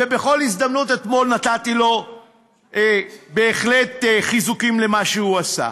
ובכל הזדמנות אתמול נתתי לו בהחלט חיזוקים על מה שהוא עשה.